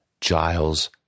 Giles